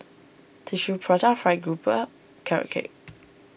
Tissue Prata Fried Grouper Carrot Cake